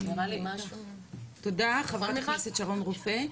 תודה ח"כ שרון רופא.